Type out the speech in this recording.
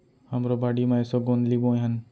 हमरो बाड़ी म एसो गोंदली बोए हन